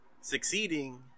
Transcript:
succeeding